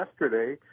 yesterday